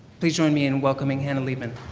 please join me in welcoming hanne liebmann